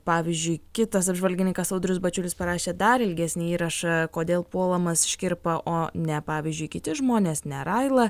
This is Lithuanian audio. pavyzdžiui kitas apžvalgininkas audrius bačiulis parašė dar ilgesnį įrašą kodėl puolamas škirpa o ne pavyzdžiui kiti žmonės ne raila